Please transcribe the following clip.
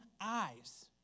eyes